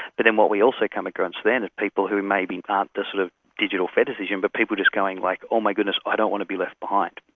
but then what we also come across are and people who maybe aren't the sort of digital fetishists and but people just going, like, oh my goodness, i don't want to be left behind,